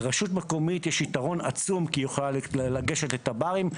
לרשות מקומית יש יתרון עצום כי היא יכולה לגשת לתב"רים,